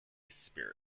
spirit